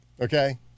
Okay